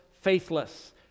faithless